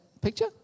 picture